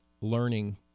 learning